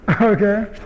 Okay